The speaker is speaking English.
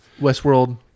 Westworld